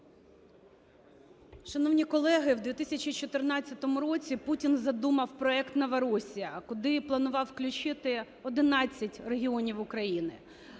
Шановні колеги, в 2014 році Путін задумав проект "Новоросія", куди планував включити 11 регіонів України.